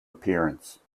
appearance